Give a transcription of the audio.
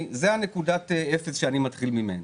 זו נקודת האפס שאני מתחיל ממנה.